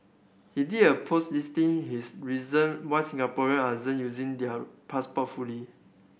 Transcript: he did a post listing his reason why Singaporean aren't using their passport fully